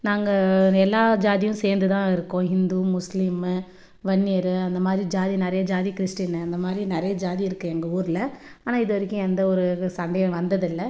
நாங்கள் எல்லா ஜாதியும் சேர்ந்துதான் இருக்கோம் ஹிந்து முஸ்லீமு வன்னியர் அந்த மாதிரி ஜாதி நிறையா ஜாதி கிறிஸ்டின்னு அந்த மாதிரி நிறைய ஜாதி இருக்குது எங்கள் ஊரில் ஆனால் இதுவரைக்கும் எந்த ஒரு இது சண்டையும் வந்தது இல்லை